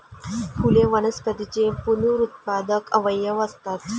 फुले वनस्पतींचे पुनरुत्पादक अवयव असतात